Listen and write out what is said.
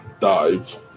dive